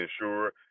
ensure –